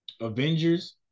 Avengers